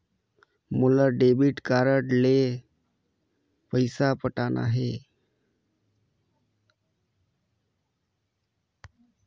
मोला debit card ले पइसा पटाना हे?